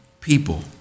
people